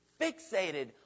fixated